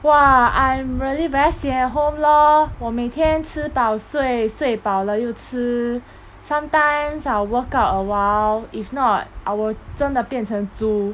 !wah! I'm really very sian at home lor 我每天吃饱睡睡饱了又吃 sometimes I'll work out a while if not I will 真的变成猪